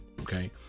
Okay